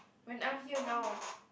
when I'm here now